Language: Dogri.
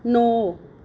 नौ